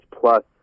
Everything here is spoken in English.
plus